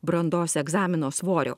brandos egzamino svorio